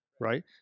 right